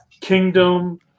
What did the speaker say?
Kingdom